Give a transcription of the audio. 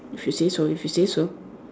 if you say so if you say so